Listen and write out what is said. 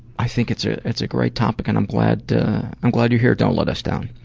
i think it's ah it's a great topic, and i'm glad i'm glad you here. don't let us down.